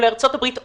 או לארצות הברית,